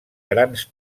grans